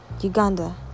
Uganda